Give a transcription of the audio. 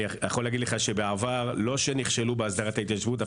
אני יכול להגיד לך שבעבר לא שנכשלו בהסדרת ההתיישבות,